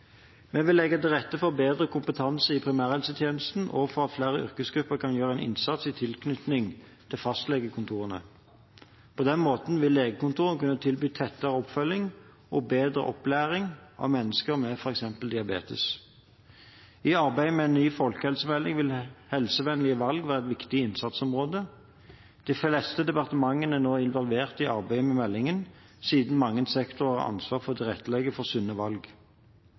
Vi vil legge til rette for å bedre kompetansen i primærhelsetjenesten og for at flere yrkesgrupper kan gjøre en innsats i tilknytning til fastlegekontorene. På den måten vil legekontorene kunne tilby tettere oppfølging og bedre opplæring av mennesker med f.eks. diabetes. I arbeidet med en ny folkehelsemelding vil helsevennlige valg være et viktig innsatsområde. De fleste departementene er nå involvert i arbeidet med meldingen, siden mange sektorer har ansvar for å tilrettelegge for sunne valg.